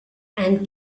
and